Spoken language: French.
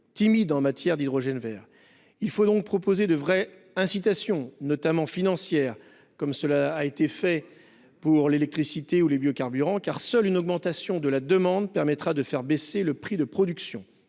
timides en matière d'usage d'hydrogène vert. Il faut donc proposer de véritables incitations, notamment financières, comme nous l'avons fait pour l'électricité ou les biocarburants. Seule une augmentation de la demande permettra de faire baisser le prix de production.